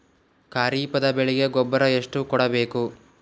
ಖರೀಪದ ಬೆಳೆಗೆ ಗೊಬ್ಬರ ಎಷ್ಟು ಕೂಡಬೇಕು?